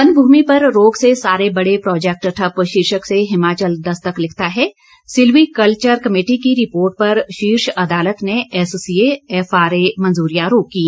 one भूमि पर रोक से सारे बड़े प्रोजेक्ट ठप्प शीर्षक से हिमाचल दस्तक लिखता है सिल्वीकल्वर कमेटी की रिपोर्ट पर शीर्ष अदालत ने एससीए एफआरए मंजूरियां रोकीं